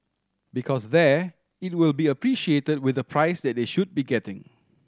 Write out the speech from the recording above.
because there it will be appreciated with the price that they should be getting